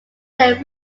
their